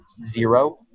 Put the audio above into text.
zero